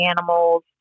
animals